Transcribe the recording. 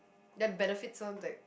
that benefits on like